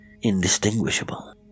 indistinguishable